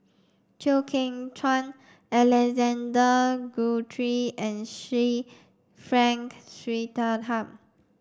Chew Kheng Chuan Alexander Guthrie and Sir Frank Swettenham